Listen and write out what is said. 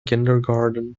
kindergarten